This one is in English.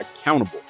accountable